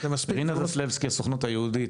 רינה זסלבסקי מהסוכנות היהודית,